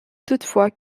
toutefois